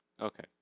Okay